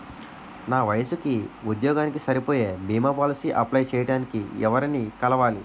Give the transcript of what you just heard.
నా వయసుకి, ఉద్యోగానికి సరిపోయే భీమా పోలసీ అప్లయ్ చేయటానికి ఎవరిని కలవాలి?